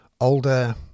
older